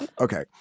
Okay